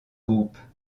groupes